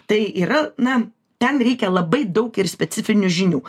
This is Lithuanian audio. tai yra na ten reikia labai daug ir specifinių žinių